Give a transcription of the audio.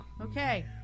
okay